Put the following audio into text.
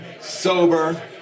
sober